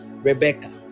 rebecca